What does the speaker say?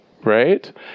Right